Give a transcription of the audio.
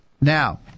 Now